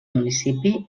municipi